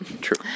true